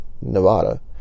Nevada